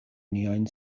niajn